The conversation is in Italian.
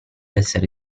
essere